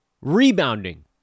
Rebounding